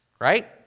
right